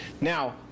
Now